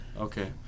Okay